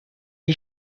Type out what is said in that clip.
die